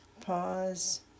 pause